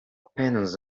panels